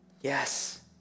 yes